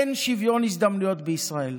אין שוויון הזדמנויות בישראל.